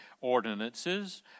ordinances